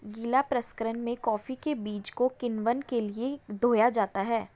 गीला प्रसंकरण में कॉफी के बीज को किण्वन के लिए धोया जाता है